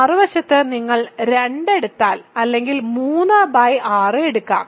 മറുവശത്ത് നിങ്ങൾ 2 എടുത്താൽ അല്ലെങ്കിൽ 36 എടുക്കാം